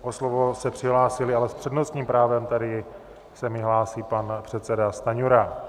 O slovo se přihlásili ale s přednostním právem tady se mi hlásí pan předseda Stanjura.